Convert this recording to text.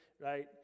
right